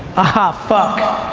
ah fuck.